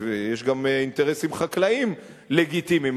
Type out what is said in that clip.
יש גם אינטרסים חקלאיים לגיטימיים,